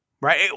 Right